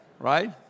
right